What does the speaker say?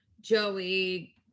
Joey